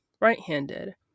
right-handed